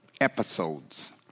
episodes